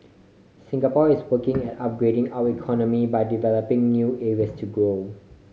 Singapore is working at upgrading our economy by developing new areas to grow